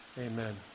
Amen